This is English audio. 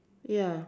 ya